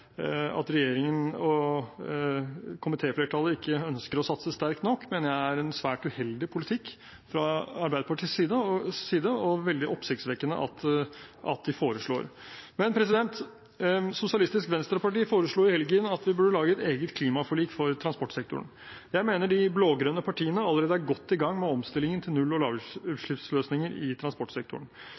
en svært uheldig politikk fra Arbeiderpartiets side, og veldig oppsiktsvekkende at de foreslår. Sosialistisk Venstreparti foreslo i helgen at vi burde lage et eget klimaforlik for transportsektoren. Jeg mener de blå-grønne partiene allerede er godt i gang med omstillingen til null- og lavutslippsløsninger i transportsektoren.